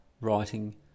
writing